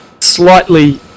slightly